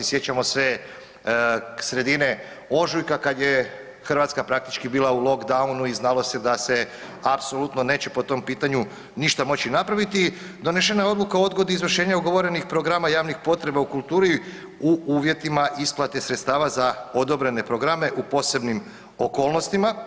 Sjećamo se sredine ožujka kad je Hrvatska praktički bila u lockdownu i znalo se da se apsolutno neće po tom pitanju ništa moći napraviti, donešena je odluka o odgodi izvršenja ugovorenih programa javnih potreba u kulturi u uvjetima isplate sredstava za odobrene programe u posebnim okolnostima.